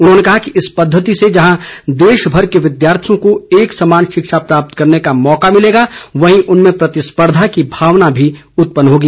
उन्होंने कहा कि इस पद्धति से जहां देशभर के विद्यार्थियों को एक समान शिक्षा प्राप्त करने का मौका मिलेगा वहीं उनमें प्रतिस्पर्धा की भावना भी उत्पन्न होगी